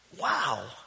Wow